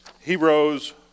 Heroes